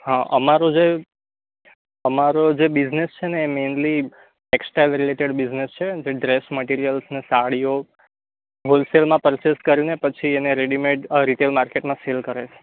હા અમારું જે અમારો જે બિઝનેસ છે ને એ મેનલી ટેક્સટાઇલ રિલેટેડ બિઝનેસ છે જે ડ્રેસ મટીરિયલ્સ ને સાડીઓ હોલસેલમાં પરચેસ કરીને પછી એને રેડિમેડ રિટેલ માર્કેટમાં સેલ કરે છે